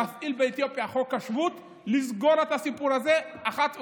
להפעיל באתיופיה את חוק השבות ולסגור את הסיפור הזה אחת ולתמיד.